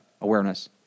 awareness